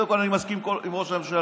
קודם כול, אני מסכים עם ראש הממשלה,